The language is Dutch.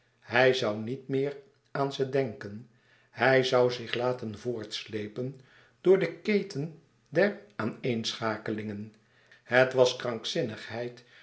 hij zoû niet meer aan ze denken hij zoû zich laten voortslepen door de keten der aaneenschakelingen het was krankzinnigheid